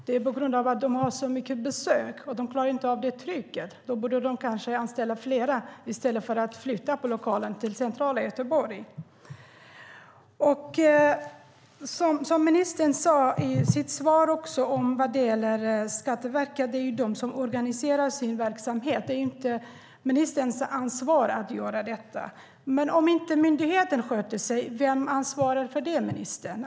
Det är på grund av att de har så många besök att de inte klarar av trycket. De borde kanske anställa fler i stället för att flytta lokalen till centrala Göteborg. Som ministern sade i sitt svar är det Skatteverket som organiserar sin verksamhet. Det är inte ministerns ansvar att göra detta. Men om inte myndigheten sköter sig, vem ansvarar för det, ministern?